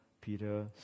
Peter